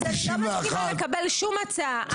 אז אני לא מסכימה לקבל שום הצעה.